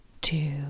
two